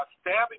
stabbing